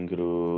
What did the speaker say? Gru